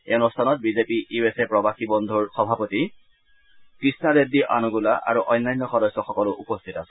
এই অনুষ্ঠানত BJP USA প্ৰৱাসী বন্ধূৰ সভাপতি কৃষ্ণা ৰেড্ডী আনুগুলা আৰু অন্যান্য সদস্যসকলো উপস্থিত আছিল